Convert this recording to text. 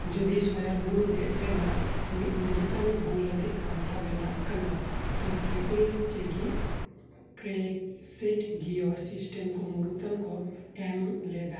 ᱡᱚᱫᱤ ᱥᱚᱭᱟᱨ ᱵᱩᱨᱩ ᱫᱮᱡ ᱨᱮᱱᱟᱜ ᱢᱤᱫ ᱢᱩᱲᱩᱛᱟᱱ ᱫᱷᱚᱱ ᱞᱟᱹᱜᱤᱫ ᱯᱚᱱᱛᱷᱟ ᱵᱮᱱᱟᱜ ᱠᱟᱱᱟ ᱛᱚ ᱴᱨᱤᱯᱚᱞ ᱪᱮᱜᱤ ᱠᱨᱮᱠᱥᱤᱴ ᱜᱤᱭᱟᱨ ᱥᱤᱥᱴᱮᱢ ᱠᱚ ᱢᱩᱲᱩᱛᱟᱱ ᱠᱚ ᱮᱢ ᱞᱮᱫᱟ